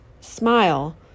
smile